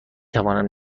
توانم